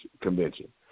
Convention